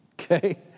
Okay